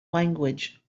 language